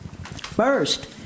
First